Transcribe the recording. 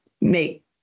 make